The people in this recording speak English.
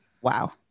Wow